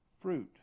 fruit